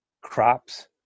crops